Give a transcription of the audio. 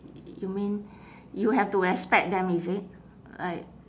you mean you have to respect them is it like